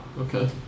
okay